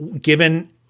given –